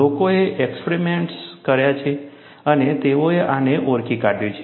લોકોએ એક્સપરીમેન્ટ્સ કર્યા છે અને તેઓએ આને ઓળખી કાઢ્યું છે